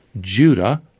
Judah